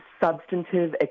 substantive